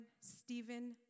Stephen